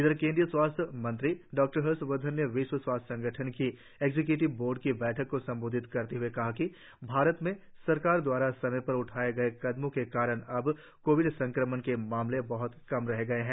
उधर केंद्रीय स्वास्थ्य मंत्री डॉ हर्ष वर्धन ने विश्व स्वास्थ्य संगठन की एक्जीक्यूटिव बोर्ड की बैठक को संबोधित करते हुए कहा कि भारत में सरकार दवारा समय पर उठाए गए कदमों के कारण अब कोविड संक्रमण के मामले बहत कम रह गए हैं